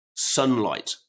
sunlight